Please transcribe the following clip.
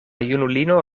junulino